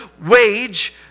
wage